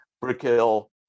Brickhill